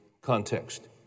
context